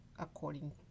according